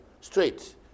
Straight